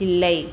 இல்லை